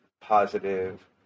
positive